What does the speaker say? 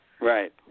Right